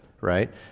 right